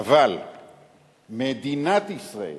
אבל מדינת ישראל